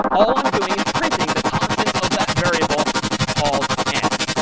all i'm doing is printing the contents of that variable called n.